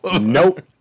Nope